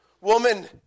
Woman